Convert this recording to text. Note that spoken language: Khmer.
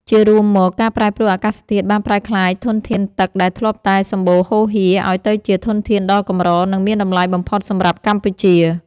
ជារួមមក ការប្រែប្រួលអាកាសធាតុបានប្រែក្លាយធនធានទឹកដែលធ្លាប់តែសំបូរហូរហៀរ ឱ្យទៅជាធនធានដ៏កម្រ និងមានតម្លៃបំផុតសម្រាប់កម្ពុជា។